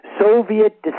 Soviet